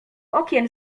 okien